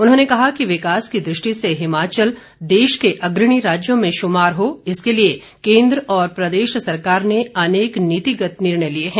उन्होंन कहा कि विकास की दृष्टि से हिमाचल देश के अग्रणी राज्यों में शुमार हो इसके लिए केंद्र और प्रदेश सरकार ने अनेक नितिगत निर्णय लिए हैं